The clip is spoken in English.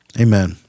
amen